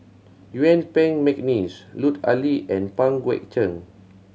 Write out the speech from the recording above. Yuen Peng McNeice Lut Ali and Pang Guek Cheng